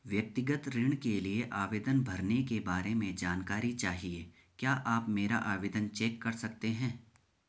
व्यक्तिगत ऋण के लिए आवेदन भरने के बारे में जानकारी चाहिए क्या आप मेरा आवेदन चेक कर सकते हैं?